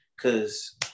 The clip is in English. Cause